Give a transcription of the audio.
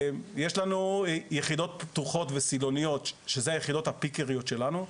לנו יחידות פתוחות וסילוניות שאלו יחידות הפיקריות שלנו.